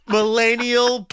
Millennial